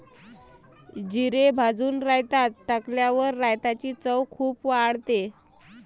जिरे भाजून रायतात टाकल्यावर रायताची चव खूप वाढते